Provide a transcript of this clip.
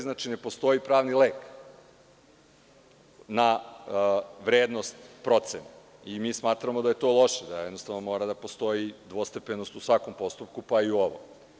Znači, ne postoji pravni lek na vrednost procene i mi smatramo da je to loše, da jednostavno mora da postoji dvostepenost u svakom postupku, pa i u ovom.